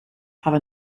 have